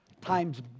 times